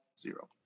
Zero